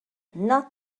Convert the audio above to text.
not